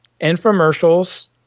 Infomercials